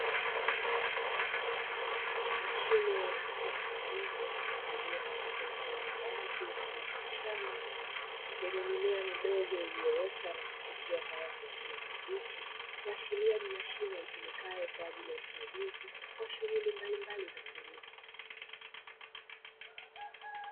Mashine mfano wa jembe iliyo katika eneo la wazi mfano wa shamba, lenye mimea midogo iliyoota na kuchipua kwa rangi ya kijani kibichi; kuashiria ni mashine itumikayo kwa ajili ya usaidizi wa shughuli mbalimbali za kilimo.